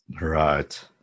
Right